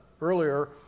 earlier